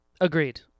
Agreed